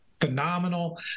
phenomenal